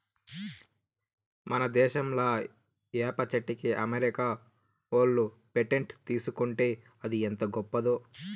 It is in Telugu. మన దేశంలా ఏప చెట్టుకి అమెరికా ఓళ్ళు పేటెంట్ తీసుకుంటే అది ఎంత గొప్పదో